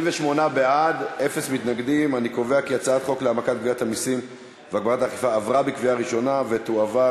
28 בעד, וחברת הכנסת מיכאלי גם בעד.